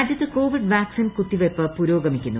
രാജ്യത്ത് Covid vaccine കുത്തുറിയ്പ്പ് പുരോഗമിക്കുന്നു